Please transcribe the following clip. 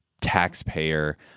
taxpayer